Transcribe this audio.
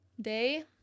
day